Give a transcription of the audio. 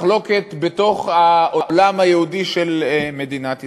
מחלוקת בתוך העולם היהודי של מדינת ישראל.